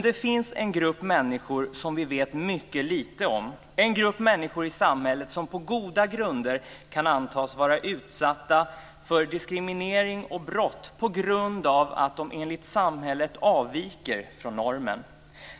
Det finns en grupp människor som vi vet mycket lite om. Det är en grupp människor i samhället som på goda grunder kan antas vara utsatta för diskriminering och brott på grund av att de enligt samhället avviker från normen.